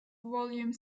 volume